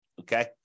okay